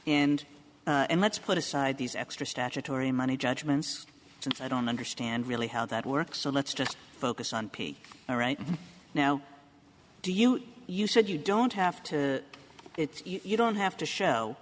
and and let's put aside these extra statutory money judgments since i don't understand really how that works so let's just focus on peak all right now do you you said you don't have to it's you don't have to show